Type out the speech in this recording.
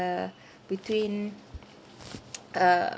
between uh